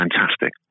fantastic